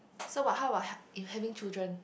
so what how about if having children